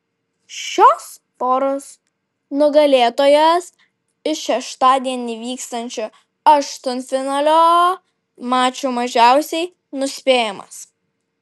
šios poros nugalėtojas iš šeštadienį vykstančių aštuntfinalio mačų mažiausiai nuspėjamas